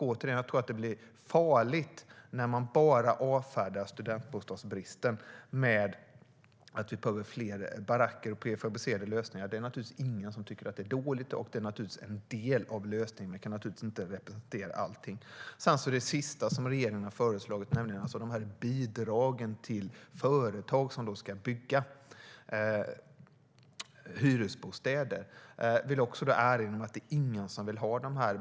Återigen tror jag att det är farligt att bara avfärda studentbostadsbristen med att det behövs fler baracker och prefabricerade lösningar. Det är naturligtvis ingen som tycker att det är dåligt. Det är en del av lösningen, men det kan inte rätta till allting. Det senaste som regeringen har föreslagit är bidrag till företag som ska bygga hyresbostäder. Det är ingen som vill ha dessa bidrag.